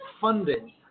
funding